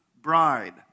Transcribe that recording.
bride